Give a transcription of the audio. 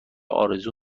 آرزو